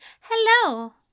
Hello